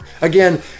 Again